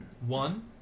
One